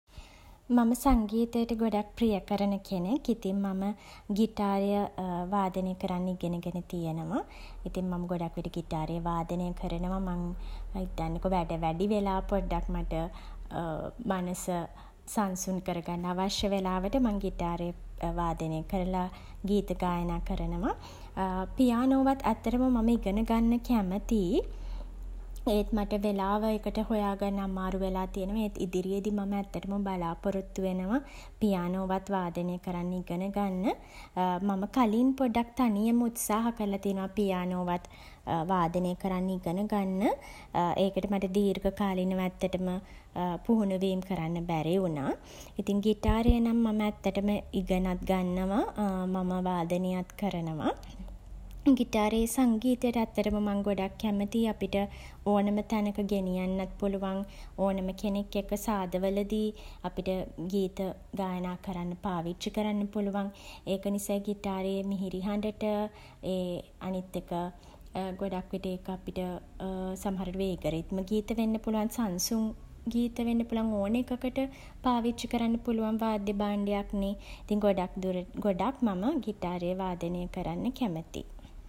මම සංගීතයට ගොඩක් ප්‍රිය කරන කෙනෙක්. ඉතින් මම ගිටාරය වාදනය කරන්න ඉගෙන ගෙන තියෙනවා. ඉතින් මම ගොඩක් විට ගිටාරය වාදනය කරනවා. මං හිතන්නකෝ වැඩ වැඩි වෙලා පොඩ්ඩක් මට මනස සන්සුන් කරගන්න අවශ්‍ය වෙලාවට මං ගිටාරය වාදනය කරලා ගීත ගායනා කරනවා. පියානෝවත් ඇත්තටම මම ඉගෙන ගන්න කැමතියි. ඒත් මට වෙලාව ඒකට හොයා ගන්න අමාරු වෙලා තියෙනවා. ඒත් ඉදිරියේදි මම ඇත්තටම බලාපොරොත්තු වෙනවා පියානෝවත් වාදනය කරන්න ඉගෙන ගන්න. මම කලින් පොඩ්ඩක් තනියම උත්සාහ කරලා තියෙනවා පියානෝවත් වාදනය කරන්න ඉගෙන ගන්න. ඒකට මට දීර්ඝකාලීනව ඇත්තටම පුහුණුවීම් කරන්න බැරි වුණා. ඉතින් ගිටාරය නම් මම ඇත්තටම ඉගෙනත් ගන්නවා. මම වාදනයත් කරනවා. ගිටාරයේ සංගීතයට ඇත්තටම මං ගොඩක් කැමතියි. අපිට ඕනම තැනක ගෙනියන්නත් පුළුවන්. ඕනම කෙනෙක් එක්ක සාදා වලදී අපිට ගායනා කරන්න පාවිච්චි කරන්න පුළුවන්. ඒක නිසා ගිටාරයේ මිහිරි හඬට ඒ අනිත් එක ගොඩක් විට ඒක අපිට සමහර විට වේග රිද්ම ගීත වෙන්න පුළුවන් සන්සුන් ගීත වෙන්න පුළුවන්. ඕන එකකට පාවිච්චි කරන්න පුළුවන් වාද්‍ය භාණ්ඩයක්නේ. ඉතින් ගොඩක් දුරට ගොඩක් මම ගිටාරය වාදනය කරන්න කැමතියි.